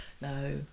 No